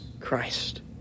Christ